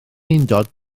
undod